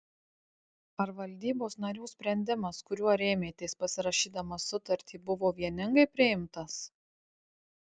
ar valdybos narių sprendimas kuriuo rėmėtės pasirašydamas sutartį buvo vieningai priimtas